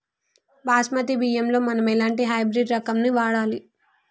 బాస్మతి బియ్యంలో మనం ఎలాంటి హైబ్రిడ్ రకం ని వాడాలి?